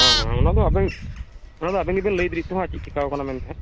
ᱦᱮᱸ ᱦᱮᱸ ᱚᱱᱟᱫᱚ ᱟᱵᱮᱱ ᱚᱱᱟᱫᱚ ᱟᱵᱮᱱ ᱜᱮᱵᱤᱱ ᱞᱟᱹᱭ ᱫᱟᱲᱮᱭᱟᱜᱼᱟ ᱦᱟᱸᱜ ᱪᱮᱫ ᱪᱮᱠᱟᱣ ᱠᱟᱱᱟ ᱢᱮᱱᱛᱮ ᱦᱟᱸᱜ